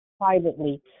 privately